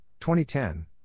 2010